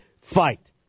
fight